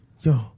Yo